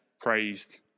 praised